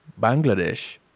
Bangladesh